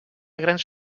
grans